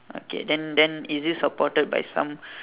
okay then then is it supported by some